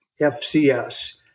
fcs